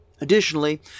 Additionally